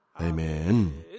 Amen